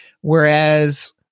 whereas